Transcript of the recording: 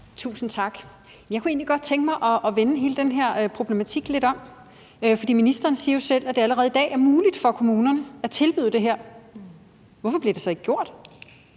Tusind tak. Jeg kunne egentlig godt tænke mig at vende hele den her problematik lidt om, for ministeren siger jo selv, at det allerede i dag er muligt for kommunerne at tilbyde det her. Hvorfor bliver det så ikke gjort?